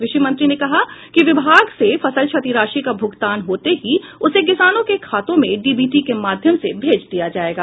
कृषि मंत्री ने कहा कि विभाग से फसल क्षति राशि का भुगतान होते ही उसे किसानों के खातों में डीबीटी के माध्यम से भेज दिया जाएगा